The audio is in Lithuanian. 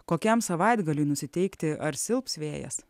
kokiam savaitgaliui nusiteikti ar silps vėjas